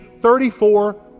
thirty-four